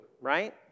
right